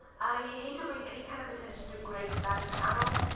i hate to bring any kind of attention to gregs dying channels,